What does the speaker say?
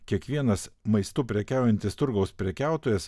kiekvienas maistu prekiaujantis turgaus prekiautojas